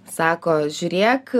sako žiūrėk